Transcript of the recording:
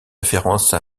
référence